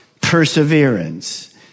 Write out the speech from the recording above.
perseverance